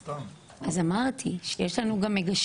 23 במאי 2022. על סדר היום: אשרות עבודה זמניות